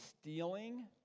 stealing